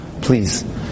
please